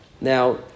Now